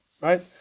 Right